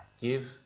Give